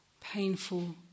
painful